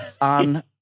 on